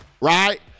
right